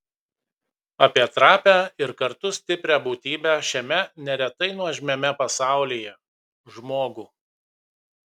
apie trapią ir kartu stiprią būtybę šiame neretai nuožmiame pasaulyje žmogų